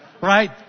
Right